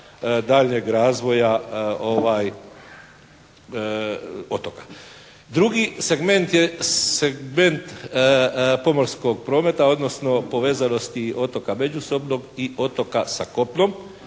daljnjeg razvoja otoka. Drugi segment je segment pomorskog prometa, odnosno povezanosti otoka međusobno i otoka sa kopnom